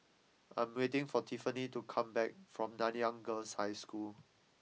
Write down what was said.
I am waiting for Tiffanie to come back from Nanyang Girls' High School